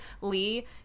Lee